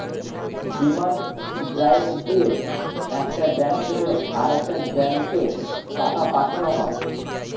demand draft দিয়ে একটা bank থেকে আরেকটা ব্যাঙ্কে টাকা পাঠানো হয়